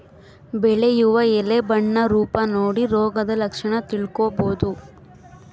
ಬೆಳೆಯ ಎಲೆ ಬಣ್ಣ ರೂಪ ನೋಡಿ ರೋಗದ ಲಕ್ಷಣ ತಿಳ್ಕೋಬೋದು